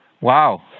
Wow